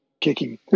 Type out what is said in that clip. kicking